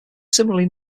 similarly